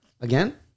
Again